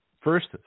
first